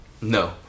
No